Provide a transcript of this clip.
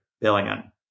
billion